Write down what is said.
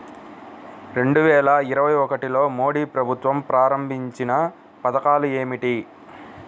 రెండు వేల ఇరవై ఒకటిలో మోడీ ప్రభుత్వం ప్రారంభించిన పథకాలు ఏమిటీ?